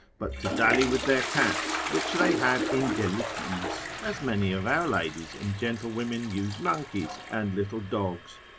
but to dally with their cats, which they have in delitiis, as many of our ladies and gentlewomen use monkeys and little dogs.